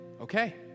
Okay